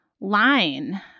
line